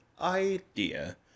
idea